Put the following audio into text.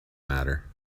matter